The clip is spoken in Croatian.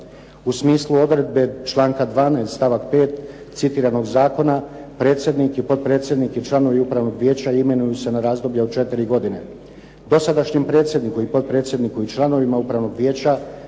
U smislu odredbe članka 12. stavak 5. citiranog zakona predsjednik, potpredsjednik i članovi upravnog vijeća imenuju se na razdoblje od četiri godine. Dosadašnjem predsjedniku, potpredsjedniku i članovima upravnog vijeća